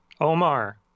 Omar